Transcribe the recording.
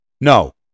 No